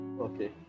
Okay